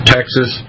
Texas